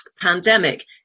pandemic